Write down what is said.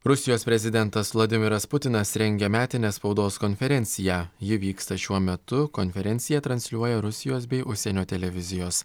rusijos prezidentas vladimiras putinas rengia metinę spaudos konferenciją ji vyksta šiuo metu konferenciją transliuoja rusijos bei užsienio televizijos